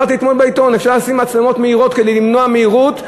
קראתי אתמול בעיתון אפשר לשים מצלמות מהירות כדי למנוע מהירות,